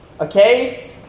Okay